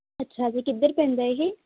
ਅੱਛਾ ਜੀ ਕਿੱਧਰ ਪੈਂਦਾ ਇਹ